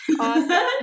Awesome